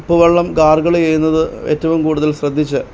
ഉപ്പ് വെള്ളം ഗാര്ഗിള് ചെയ്യുന്നത് ഏറ്റവും കൂടുതല് ശ്രദ്ധിച്ച്